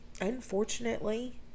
unfortunately